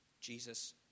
Jesus